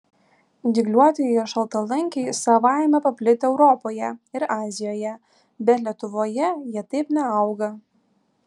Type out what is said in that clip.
dygliuotieji šaltalankiai savaime paplitę europoje ir azijoje bet lietuvoje jie taip neauga